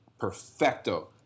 Perfecto